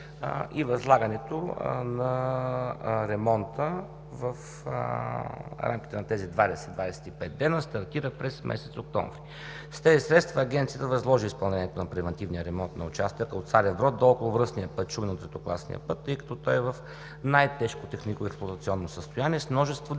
Възлагането на ремонта в рамките на тези 20 – 25 дни стартира през месец октомври. С тези средства Агенцията възложи изпълнението на превантивния ремонт на участъка от Царев брод до околовръсен път Шумен от третокласния път, тъй като той е в най-тежко технико-експлоатационно състояние, с множество деформации